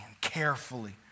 carefully